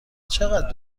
چقدر